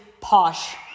Posh